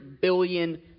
billion